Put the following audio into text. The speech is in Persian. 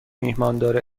میهماندار